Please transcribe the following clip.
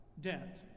debt